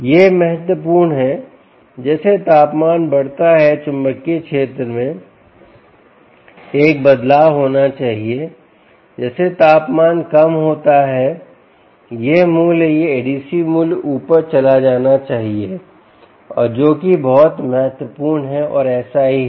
यह महत्वपूर्ण है जैसे तापमान बढ़ता है चुंबकीय क्षेत्र में एक बदलाव होना चाहिए जैसे तापमान कम होता है यह मूल्य यह ADC मूल्य ऊपर चला जाना चाहिए और जो कि बहुत महत्वपूर्ण है और ऐसा ही है